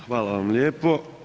Hvala vam lijepo.